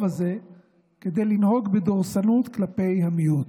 הזה כדי לנהוג בדורסנות כלפי המיעוט.